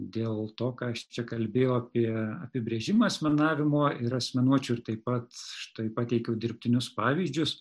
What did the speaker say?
dėl to ką aš čia kalbėjau apie apibrėžimą asmenavimo ir asmenuočių tai pat štai pateikiau dirbtinius pavyzdžius